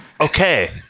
Okay